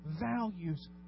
Values